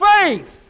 faith